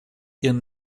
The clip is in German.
ihren